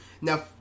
Now